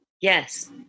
Yes